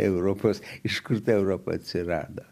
europos iš kur ta europa atsirado